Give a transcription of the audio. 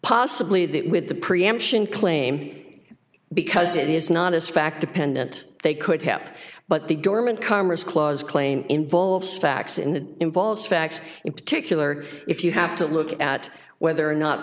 possibly that with the preemption claim because it is not as fact dependent they could have but the government commerce clause claim involves facts in involves facts in particular if you have to look at whether or not